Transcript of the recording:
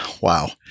Wow